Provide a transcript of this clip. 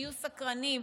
שיהיו סקרנים,